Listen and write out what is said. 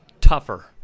tougher